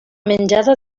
menjada